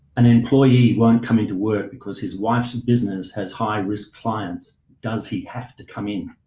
an employee won't come into work because his wife's and business has high-risk clients. does he have to come in?